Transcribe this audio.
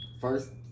first